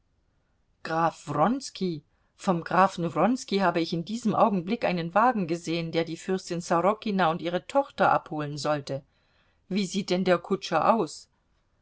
graf wronski vom grafen wronski habe ich in diesem augenblick einen wagen gesehen der die fürstin sorokina und ihre tochter abholen sollte wie sieht denn der kutscher aus